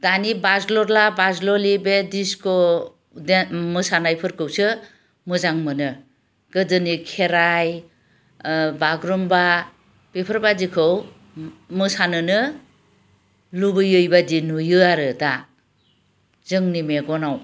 दानि बाज्ल'ला बाज्ल'लि बे डिस्क' मोसानायफोरखौसो मोजां मोनो गोदोनि खेराइ बागरुम्बा बेफोरबादिखौ मोसानोनो लुबैयै बायदि नुयो आरो दा जोंनि मेगनाव